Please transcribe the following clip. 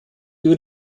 über